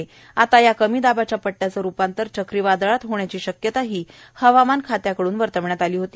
पण आता या कमी दाबाच्या पट्ट्याचे रूपांतर चक्रीवादळात होण्याची शक्यता हवामान खात्याकडुन वर्तविण्यात आली होते